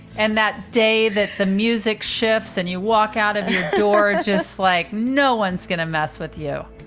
and that day that the music shifts and you walk out of your door just like no one's going to mess with you.